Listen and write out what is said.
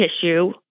tissue